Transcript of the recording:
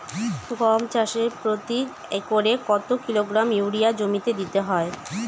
গম চাষে প্রতি একরে কত কিলোগ্রাম ইউরিয়া জমিতে দিতে হয়?